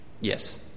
Yes